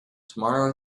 tomorrow